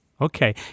Okay